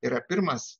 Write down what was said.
yra pirmas